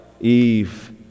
eve